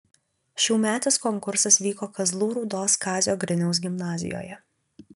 šiųmetis konkursas vyko kazlų rūdos kazio griniaus gimnazijoje